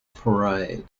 parade